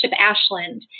Ashland